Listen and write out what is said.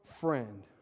friend